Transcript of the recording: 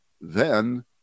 then-